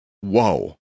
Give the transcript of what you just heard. Whoa